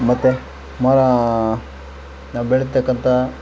ಮತ್ತು ಮರ ನಾವು ಬೆಳಿತಕ್ಕಂಥ